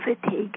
Fatigue